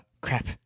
crap